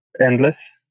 endless